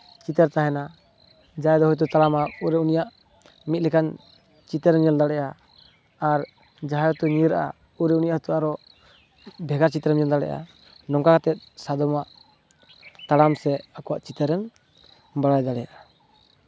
ᱪᱤᱛᱟᱹᱨ ᱛᱟᱦᱮᱱᱟ ᱡᱟᱦᱟᱸᱭ ᱫᱚ ᱦᱚᱭᱛᱚ ᱛᱟᱲᱟᱢᱟ ᱩᱱᱨᱮ ᱩᱱᱤᱭᱟᱜ ᱢᱤᱫ ᱞᱮᱠᱟᱱ ᱪᱤᱛᱟᱹᱨᱮᱢ ᱧᱮᱞ ᱫᱟᱲᱮᱭᱟᱜᱼᱟ ᱟᱨ ᱡᱟᱦᱟᱸᱭ ᱦᱤᱛᱚᱜ ᱧᱤᱨ ᱟᱜᱼᱟ ᱩᱱᱨᱮ ᱩᱱᱤᱭᱟᱜ ᱦᱚᱛᱚ ᱟᱨᱚ ᱵᱷᱮᱜᱟᱨ ᱪᱤᱛᱟᱹᱨᱮᱢ ᱧᱮᱞ ᱫᱟᱲᱮᱭᱟᱜᱼᱟ ᱱᱚᱝᱠᱟ ᱠᱟᱛᱮᱫ ᱥᱟᱫᱚᱢᱟᱜ ᱛᱟᱲᱟᱢ ᱥᱮ ᱟᱠᱚᱣᱟᱜ ᱪᱤᱛᱟᱹᱨᱮᱢ ᱵᱟᱲᱟᱭ ᱫᱟᱲᱮᱭᱟᱜᱼᱟ